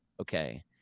okay